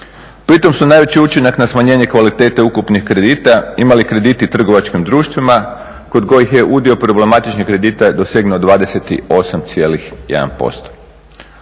Pri tome su najveći učinak na smanjenje kvalitete ukupnih kredita imali krediti u trgovačkim društvima kod kojih je udio problematičnih kredita dosegnuo 28,1%.